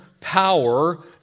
power